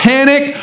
Panic